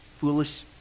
foolish